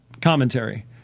commentary